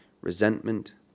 resentment